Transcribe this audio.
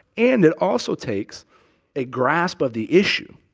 and it also takes a grasp of the issue,